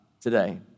today